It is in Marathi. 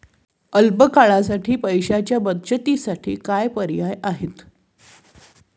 अल्प काळासाठी पैशाच्या बचतीसाठी काय पर्याय आहेत?